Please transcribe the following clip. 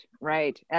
right